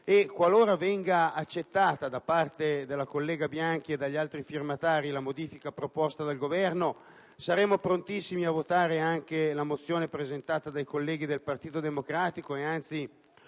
qualora venga accettata da parte della collega Bianchi e degli altri firmatari la modifica proposta dal Governo, saremo prontissimi a votare anche la mozione presentata dai colleghi del Partito Democratico.